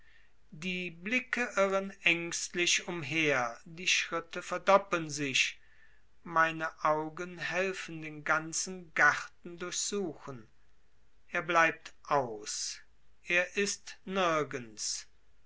die blicke irren ängstlich umher die schritte verdoppeln sich meine augen helfen den ganzen garten durchsuchen er bleibt aus er ist nirgends